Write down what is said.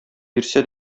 бирсә